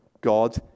God